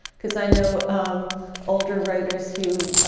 because i know older writers who